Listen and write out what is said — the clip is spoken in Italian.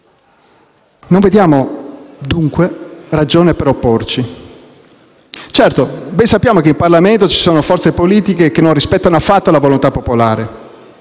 Non vediamo, dunque, ragione per opporci. Ben sappiamo che in Parlamento ci sono forze politiche che non rispettano affatto la volontà popolare